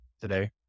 today